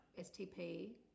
STP